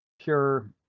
pure